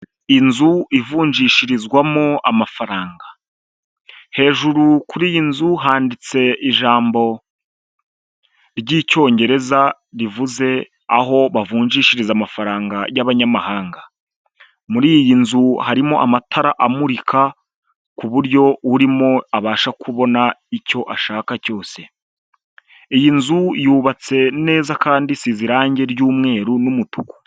Inzu ivunjishirizwamo amafaranga. Hejuru kuri iyi nzu handitse ijambo ry'icyongereza rivuze aho bavunjishiriza amafaranga y'abanyamahanga. Muri iyi nzu harimo amatara amurika ku buryo urimo abasha kubona icyo ashaka cyose. Iyi nzu yubatse neza kandi isize irange ry'umweru n'umutuku.